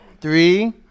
Three